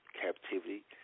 captivity